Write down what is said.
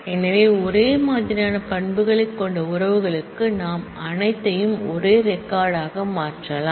எனவே ஒரே மாதிரியான பண்புகளைக் கொண்ட ரிலேஷன்களுக்கு நாம் அனைத்தையும் ஒரு ரெக்கார்ட் க மாற்றலாம்